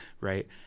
right